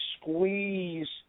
squeeze